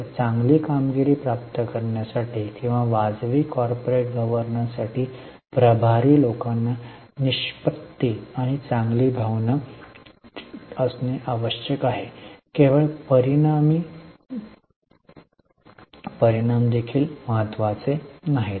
तर चांगली कामगिरी प्राप्त करण्यासाठी किंवा वाजवी कॉर्पोरेट गव्हर्नन्ससाठी प्रभारी लोकांना निष्पत्ती आणि चांगली भावना असणे आवश्यक आहे केवळ परिणामी परिणाम देखील महत्त्वाचे नाहीत